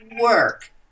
work